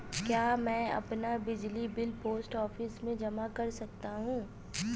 क्या मैं अपना बिजली बिल पोस्ट ऑफिस में जमा कर सकता हूँ?